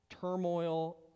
turmoil